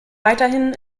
weiterhin